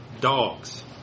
dogs